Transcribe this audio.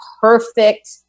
perfect